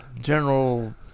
general